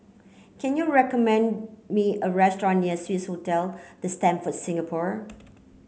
can you recommend me a restaurant near Swissotel The Stamford Singapore